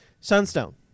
Sunstone